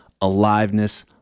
aliveness